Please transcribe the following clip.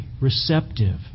receptive